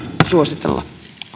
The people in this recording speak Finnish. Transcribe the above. suositella